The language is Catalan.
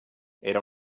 era